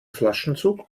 flaschenzug